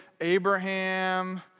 Abraham